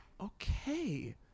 okay